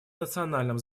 национальном